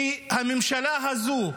כי הממשלה הזו,